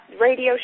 radio